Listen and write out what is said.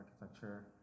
architecture